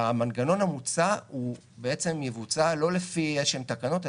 והמנגנון המוצע בעצם יבוצע לא לפי איזה שהן תקנות,